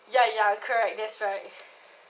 ya ya correct that's right